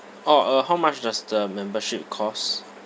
orh uh how much does the membership cost